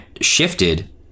shifted